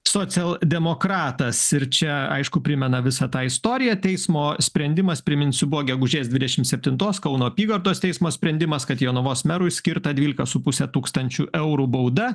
socialdemokratas ir čia aišku primena visą tą istoriją teismo sprendimas priminsiu buvo gegužės dvidešim septintos kauno apygardos teismo sprendimas kad jonavos merui skirta dvylika su puse tūkstančių eurų bauda